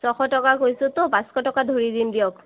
ছশ টকা কৈছোঁতো পাঁচশ টকা ধৰি দিম দিয়ক